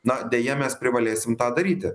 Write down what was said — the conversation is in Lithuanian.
na deja mes privalėsim tą daryti